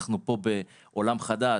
אנחנו פה בעולם חדש,